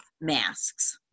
masks